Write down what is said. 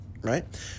Right